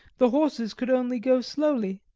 the horses could only go slowly.